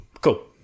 cool